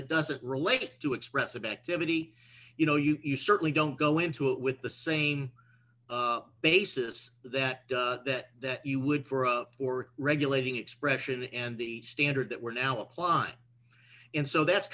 that doesn't relate to expressive activity you know you've certainly don't go into it with the same basis that that that you would for a for regulating expression and the standard that we're now apply and so that's